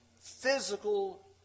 physical